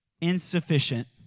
insufficient